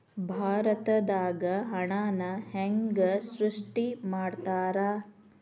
ಭಾರತದಾಗ ಹಣನ ಹೆಂಗ ಸೃಷ್ಟಿ ಮಾಡ್ತಾರಾ